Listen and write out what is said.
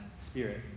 spirit